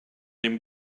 dem